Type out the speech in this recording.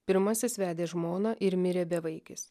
pirmasis vedė žmoną ir mirė bevaikis